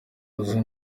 izo